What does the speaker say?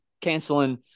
canceling –